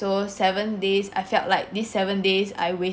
so seven days I felt like these seven days I wa~